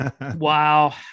Wow